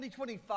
2025